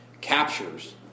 captures